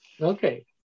Okay